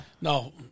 No